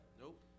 Nope